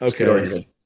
Okay